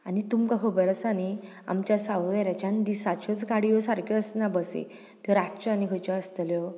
आनी तुमकां खबर आसा न्ही आमच्या सावय वेरेंच्यान दिसाच्योच गाड्यो सारक्यो आसना बसी तर रातच्यो आनी खंयच्यो आसतल्यो